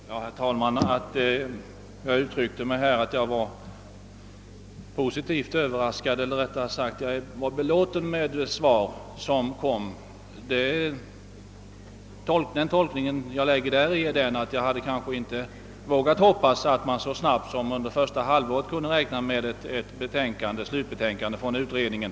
Herr talman! Anledningen till att jag uttryckte mig så, att jag sade mig vara positivt överraskad eller belåten med det svar jag fick var, att jag kanske inte hade vågat hoppas att man så snabbt som under första hälften av 1969 skulle kunna räkna med ett slutbetänkande från fiskprisutredningen.